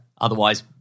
Otherwise